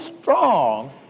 strong